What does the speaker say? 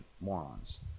morons